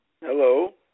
Hello